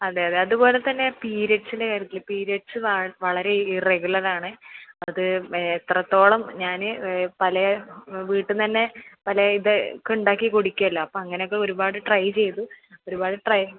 അതെ അതെ അതുപോലെ തന്നെ പീരിയഡ്സിന്റെ കാര്യത്തിൽ പീരിയഡ്സ് വ വളരെ ഇറെഗുലർ ആണ് അത് എത്രത്തോളം ഞാൻ പല വീട്ടിൽ നിന്നുതന്നെ പല ഇത് ഒക്കെ ഉണ്ടാക്കി കുടിക്കുമല്ലോ അപ്പോൾ അങ്ങനെ ഒക്കെ ഒരുപാട് ട്രൈ ചെയ്തു ഒരുപാട് ട്രൈ